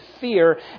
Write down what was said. fear